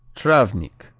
travnik,